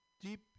deep